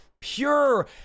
pure